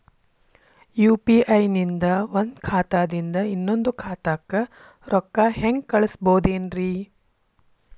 UPI ನಿಂದ ಒಂದ್ ಖಾತಾದಿಂದ ಇನ್ನೊಂದು ಖಾತಾಕ್ಕ ರೊಕ್ಕ ಹೆಂಗ್ ಕಳಸ್ಬೋದೇನ್ರಿ?